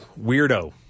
weirdo